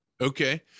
Okay